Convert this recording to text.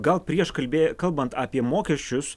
gal prieš kalbė kalbant apie mokesčius